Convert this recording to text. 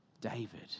David